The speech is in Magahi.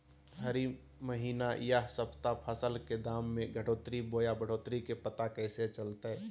हरी महीना यह सप्ताह फसल के दाम में घटोतरी बोया बढ़ोतरी के पता कैसे चलतय?